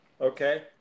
Okay